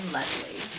Leslie